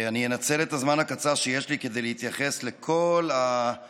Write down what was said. אני אנצל את הזמן הקצר שיש לי כדי להתייחס לכל החוקים,